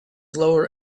lower